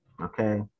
okay